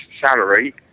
salary